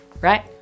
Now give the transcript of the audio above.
Right